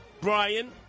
Brian